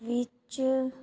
ਵਿੱਚ